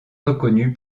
reconnu